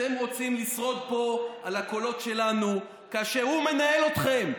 אתם רוצים לשרוד פה על הקולות שלנו כאשר הוא מנהל אתכם,